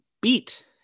beat